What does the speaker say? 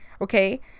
okay